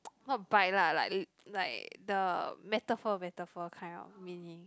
not bite lah like like the metaphor metaphor kind of meaning